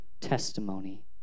testimony